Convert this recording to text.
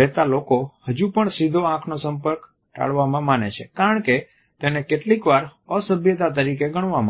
રહેતા લોકોને હજુ પણ સીધો આંખનો સંપર્ક ટાળવામાં માને છે કારણ કે તેને કેટલીકવાર અસભ્યતા તરીકે ગણવામાં આવે છે